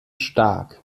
stark